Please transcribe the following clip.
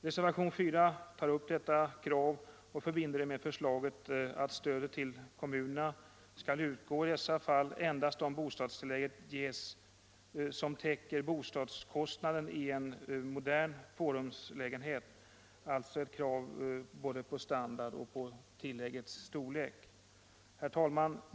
Reservationen 4 tar upp detta krav och förbinder det med förslaget att stödet till kommunerna skall utgå i dessa fall endast om bostadstillägg ges som täcker bostadskostnaden i en modern tvårumslägenhet, alltså ett krav både på standard och på tilläggets storlek. Herr talman!